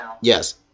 Yes